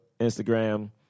Instagram